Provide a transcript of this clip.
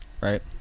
Right